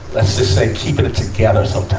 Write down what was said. let's just say keeping it together so